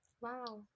wow